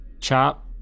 Chop